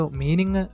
meaning